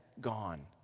gone